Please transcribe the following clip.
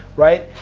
right?